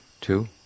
two